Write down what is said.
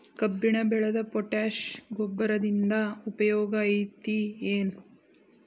ಕಬ್ಬಿನ ಬೆಳೆಗೆ ಪೋಟ್ಯಾಶ ಗೊಬ್ಬರದಿಂದ ಉಪಯೋಗ ಐತಿ ಏನ್?